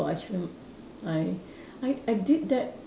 or actually I I I did that